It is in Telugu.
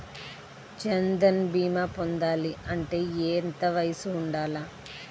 జన్ధన్ భీమా పొందాలి అంటే ఎంత వయసు ఉండాలి?